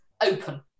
open